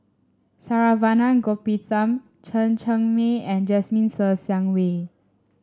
Saravanan Gopinathan Chen Cheng Mei and Jasmine Ser Xiang Wei